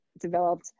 developed